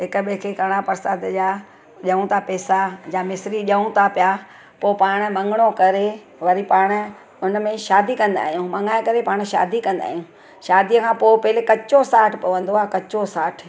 हिक ॿिए खे कड़ा प्रसाद या ॾियूं ता पैसा या मिश्री ॾियूं था पिया पोइ पाण मङिणो करे वरी पाण हुन में शादी कंदा आहियूं मङाए करे पोइ शादी कंदा आहियूं ऐं शादीअ खां पहिरियों कचो साठु पवंदो आहे कचो साठु